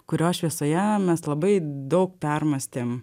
kurio šviesoje mes labai daug permąstėm